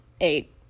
eight